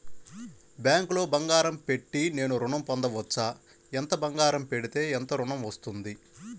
బ్యాంక్లో బంగారం పెట్టి నేను ఋణం పొందవచ్చా? ఎంత బంగారం పెడితే ఎంత ఋణం వస్తుంది?